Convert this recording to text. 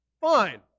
Fine